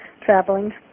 traveling